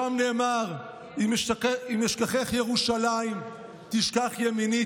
שם נאמר: "אם אשכחך ירושלִָם תשכח ימיני,